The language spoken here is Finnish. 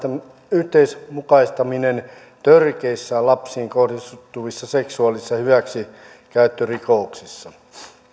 yhdenmukaistaminen törkeissä lapsiin kohdistuvissa seksuaalisissa hyväksikäyttörikoksissa